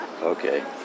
Okay